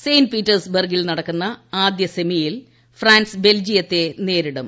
Saint Peters ബർഗിൽ നടക്കുന്ന ആദ്യ സെമിയിൽ ഫ്രാൻസ് ബെൽജിയത്തെ നേരിടും